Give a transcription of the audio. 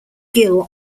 gill